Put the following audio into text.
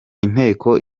inteko